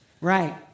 Right